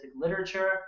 literature